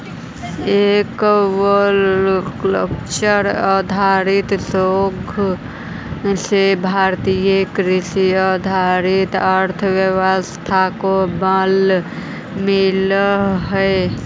aquacultural आधारित शोध से भारतीय कृषि आधारित अर्थव्यवस्था को बल मिलअ हई